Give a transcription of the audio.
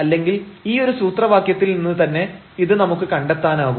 അല്ലെങ്കിൽ ഈ ഒരു സൂത്രവാക്യത്തിൽ നിന്ന് തന്നെ ഇത് നമുക്ക് കണ്ടെത്താനാകും